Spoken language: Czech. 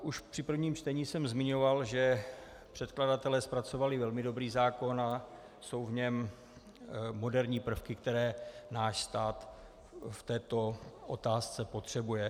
Už při prvním čtení jsem zmiňoval, že předkladatelé zpracovali velmi dobrý zákon a jsou v něm moderní prvky, které náš stát v této otázce potřebuje.